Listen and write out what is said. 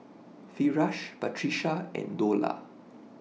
Firash Batrisya and Dollah